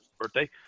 birthday